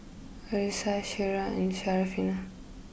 Arissa Syirah and Syarafina